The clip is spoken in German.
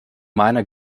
meiner